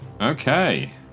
Okay